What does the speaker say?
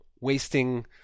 wasting